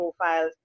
profiles